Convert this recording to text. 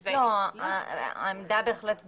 שזה לא, העמדה בהחלט ברורה.